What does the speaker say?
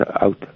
out